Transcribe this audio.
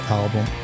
album